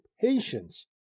patience